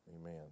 amen